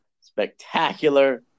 spectacular